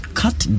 cut